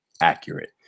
accurate